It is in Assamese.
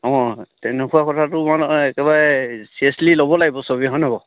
অঁ তেনেকুৱা কথাটো মানে একেবাৰে চিৰিয়াছলি ল'ব লাগিব সবেই হয়নে বাৰু